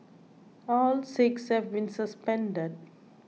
all six have been suspended